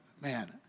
man